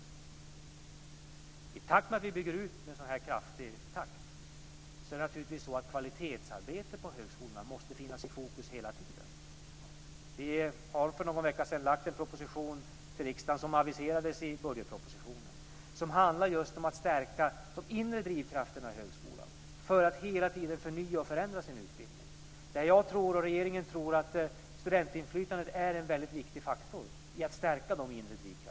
Med tanke på att vi bygger ut med en så hög takt måste kvalitetsarbetet på högskolorna naturligtvis finnas i fokus hela tiden. Vi lade för någon vecka sedan fram en proposition inför riksdagen som aviserades i budgetpropositionen, som handlar just om att stärka de inre drivkrafterna i högskolan för att hela tiden förnya och förändra utbildningen. Jag och regeringen tror att studentinflytandet är en väldigt viktig faktor när det gäller att stärka de inre drivkrafterna.